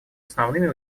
основными